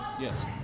Yes